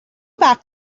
back